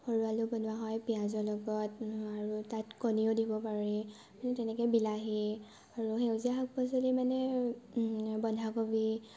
সৰু আলু বনোৱা হয় পিঁয়াজৰ লগত তাত কণীও দিব পাৰি তেনেকৈ বিলাহী আৰু সেউজীয়া শাক পাচলি মানে বন্ধাকবি